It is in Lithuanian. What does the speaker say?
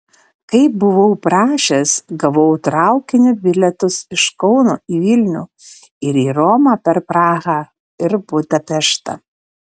kaip buvau prašęs gavau traukinio bilietus iš kauno į vilnių ir į romą per prahą ir budapeštą